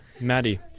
Maddie